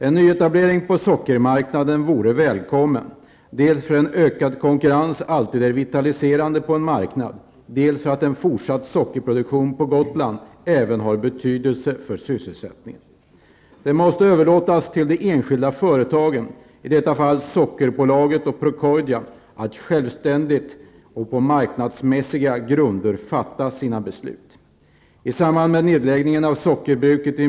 En nyetablering på sockermarknaden vore välkommen, dels för att en ökad konkurrens alltid är vitaliserande på en marknad, dels för att en fortsatt sockerproduktion på Gotland även har betydelse för sysselsättningen. Det måste dock överlåtas till de enskilda företagen, i detta fall Sockerbolaget och Procordia, att självständigt och på marknadsmässiga grunder fatta sina beslut.